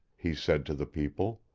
he said to the people